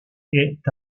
est